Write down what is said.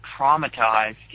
traumatized